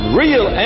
real